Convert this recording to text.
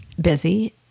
busy